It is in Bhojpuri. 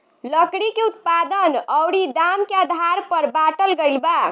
लकड़ी के उत्पादन अउरी दाम के आधार पर बाटल गईल बा